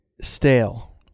Stale